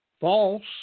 false